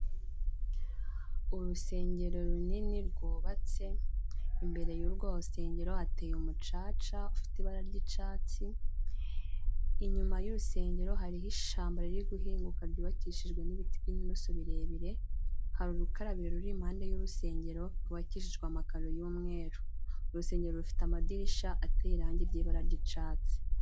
Urusengero runini rwubatse, imbere y'urwo rusengero hateye umucaca ufite ibara ry'icatsi, inyuma y'urusengero hariho ishamba riri guhinguka ryubakishijwe n'ibiti by'inturusu birebire ,hari urukarabi ruri impande y'urusengero rwubakishijwe amakaro' y'umweru, urusengero rufite amadirisha ateye irangi ry'ibara ry'icatsi.